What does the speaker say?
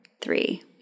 three